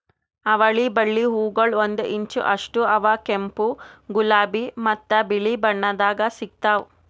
ಅವಳಿ ಬಳ್ಳಿ ಹೂಗೊಳ್ ಒಂದು ಇಂಚ್ ಅಷ್ಟು ಅವಾ ಕೆಂಪು, ಗುಲಾಬಿ ಮತ್ತ ಬಿಳಿ ಬಣ್ಣದಾಗ್ ಸಿಗ್ತಾವ್